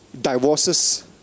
divorces